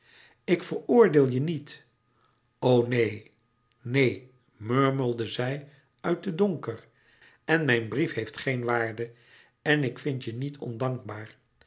ik veroordeel je niet o neen neen murmelde zij uit den donker en mijn brief heeft geen waarde en ik vind je niet ondankbaar